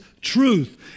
truth